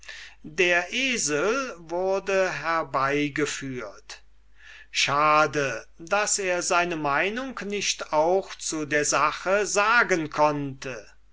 der esel wurde herbei geführt schade daß er seine meinung nicht auch zu der sache sagen konnte